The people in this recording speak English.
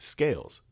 Scales